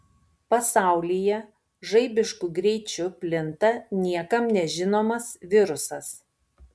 pasaulyje žaibišku greičiu plinta niekam nežinomas virusas